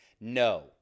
no